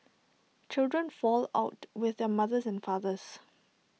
children fall out with their mothers and fathers